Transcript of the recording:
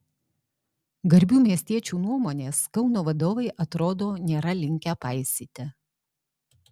garbių miestiečių nuomonės kauno vadovai atrodo nėra linkę paisyti